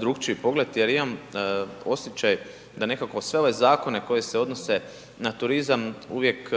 drukčiji pogled jer imam osjećaj da nekako sve ove zakone koji se odnose na turizam, uvijek